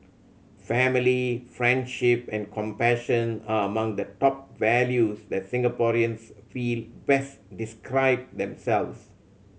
family friendship and compassion are among the top values that Singaporeans feel best describe themselves